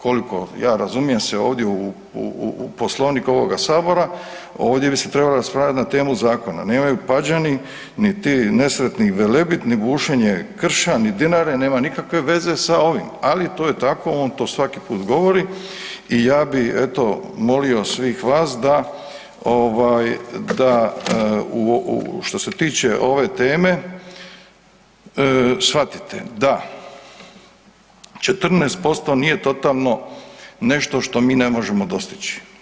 Koliko ja razumijem se ovdje u Poslovnik ovoga Sabora, ovdje bi se trebalo raspravljati na temu zakona, nemaju Pađene ni ti nesretni Velebit ni bušenje krša ni Dinare, nema nikakve veze sa ovim ali tu je tako, on to svaki put govori i ja bi eto, molio svih vas da što se tiče ove teme, shvatite da 14% nije totalno nešto što mi ne možemo dostići.